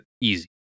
Easy